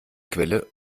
quelle